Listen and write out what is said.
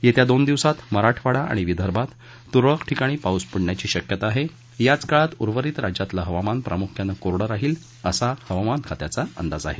येत्या दोन दिवसात मराठवाडा आणि विदर्भात तुरळक ठिकाणी पाऊस पडण्याची शक्यता आहे याच काळात उर्वरित राज्यातलं हवामान प्रामुख्यानं कोरडं राहील असा हवामान खात्याचा अंदाज आहे